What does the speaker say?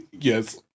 Yes